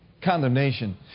Condemnation